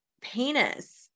penis